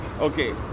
Okay